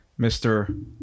Mr